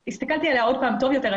הסתכלתי עליה עוד פעם טוב יותר,